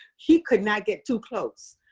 he could not get too close,